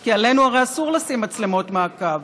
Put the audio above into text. כי הרי עלינו אסור לשים מצלמות מעקב.